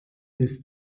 des